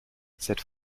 cette